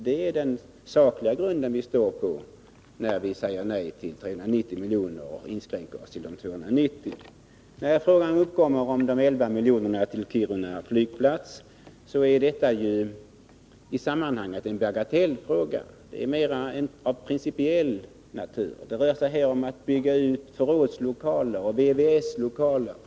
Det är den sakliga grund vi står på när vi säger nej till 390 och inskränker oss till 290 milj.kr. Nr 144 De 11 miljonerna till Kiruna flygplats är en bagatell i sammanhanget, men Tisdagen den det är en fråga av principiell natur. Det rör sig om att bygga ut förrådslokaler, 10 maj 1983 vvs-lokaler etc.